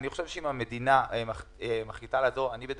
אני חושב שאם המדינה מחליטה לעזור,